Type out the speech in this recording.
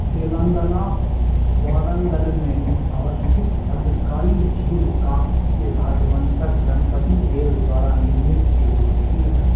तेलङ्गानाके वारङ्गलमे अवस्थित भद्रकाली झील काकतीय राजवंशके गणपति देव द्वारा निर्मित एक झील अछि